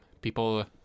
people